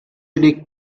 legt